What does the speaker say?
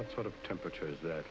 the sort of temperatures that